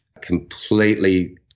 completely